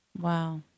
Wow